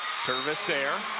service error,